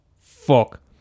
Fuck